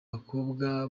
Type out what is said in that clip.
bakobwa